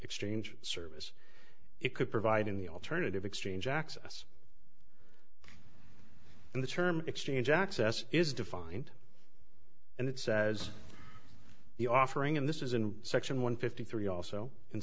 exchange service it could provide in the alternative exchange access and the term exchange access is defined and it says the offering and this is in section one fifty three also in